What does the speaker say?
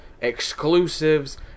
exclusives